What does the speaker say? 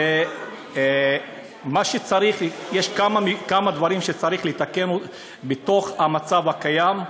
יש כמה דברים שצריך לתקן במצב הקיים,